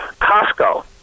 Costco